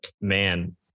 Man